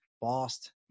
Boss